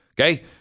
Okay